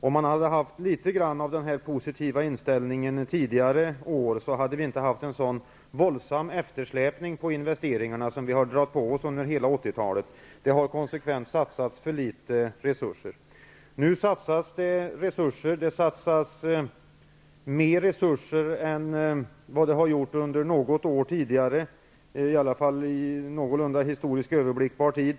Om man hade haft litet grand av den här positiva inställningen under tidigare år, hade vi inte fått en sådan våldsam eftersläpning på investeringarna som vi har dragit på oss under hela 80-talet. Det har konsekvent satsats för litet resurser. Nu satsas resurser. Det satsas mer resurser än vad det har gjort under något år tidigare, i alla fall under någorlunda historiskt överblickbar tid.